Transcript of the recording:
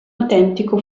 autentico